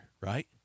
right